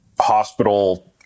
hospital